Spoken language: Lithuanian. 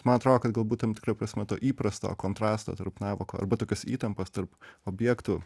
man atrodo kad galbūt tam tikra prasme to įprasto kontrasto tarp navako arba tokios įtampos tarp objektų